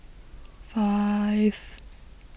five